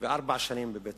ונידון לארבע שנים בבית-סוהר.